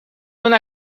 una